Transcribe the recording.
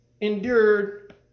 endured